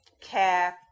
care